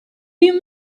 you